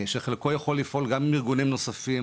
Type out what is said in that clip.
שחלקו יכול לפעול גם עם ארגונים נוספים